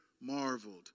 marveled